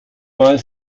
mal